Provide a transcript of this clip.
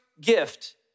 gift